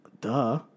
Duh